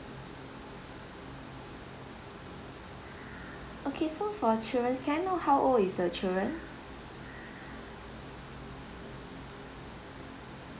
okay so for children can I know how old is the children